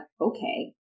okay